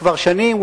כבר שנים,